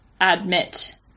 admit